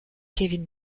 kevin